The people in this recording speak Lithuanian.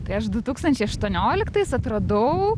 tai aš du tūkstančiai aštuonioliktais atradau